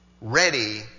ready